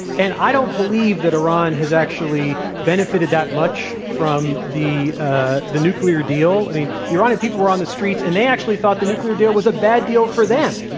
and i don't believe that iran has actually benefited that much from the ah the nuclear deal. i mean, the iranian people were on the streets, and they actually thought the nuclear deal was a bad deal for them.